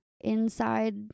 inside